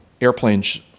airplanes